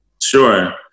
sure